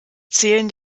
zählen